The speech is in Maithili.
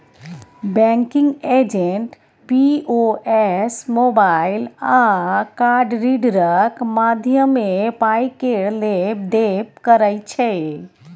बैंकिंग एजेंट पी.ओ.एस, मोबाइल आ कार्ड रीडरक माध्यमे पाय केर लेब देब करै छै